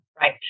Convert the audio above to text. Right